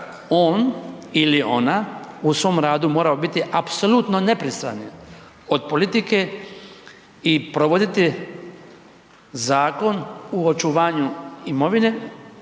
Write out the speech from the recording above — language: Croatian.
on ili ona u svom radu moraju biti apsolutno nepristrani od politike i provoditi zakon u očuvanju imovine